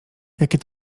jakie